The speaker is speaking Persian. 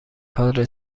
کادر